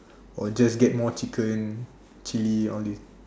or just get more chicken chilli all these